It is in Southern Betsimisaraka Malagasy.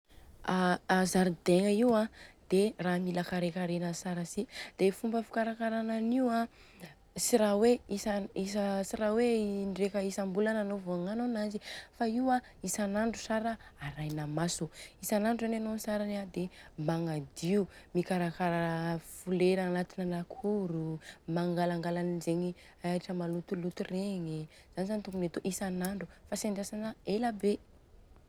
Aa Zaridaina io an dia raha mila karekarena Tsara si, dia fomba fikarakarana anio an tsy raha hoe isa isa indreka isambolana anô vao agnano ananjy fa io isandro tsara arahina maso, isandro zany anô tsarany an dia magnadio, mikarakara folera agnatina lakoro o mangalangala anzegny ahitra agnaty zegny malotoloto regny i. Zany zany tokony atô isandro fa tsy andrasana ela be.